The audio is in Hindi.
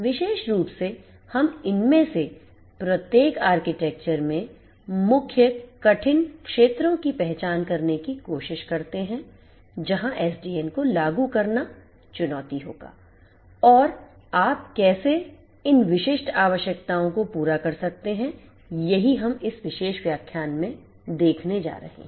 विशेष रूप से हम इनमें से प्रत्येक आर्किटेक्चर में मुख्य कठिन क्षेत्रों की पहचान करने की कोशिश करते हैं जहाँ SDN को लागू करना चुनौती देगा और आप कैसे इन विशिष्ट आवश्यकताओं को पूरा कर सकते हैंयही हम इस विशेष व्याख्यान में देखने जा रहे हैं